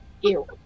Ew